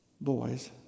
boys